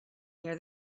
near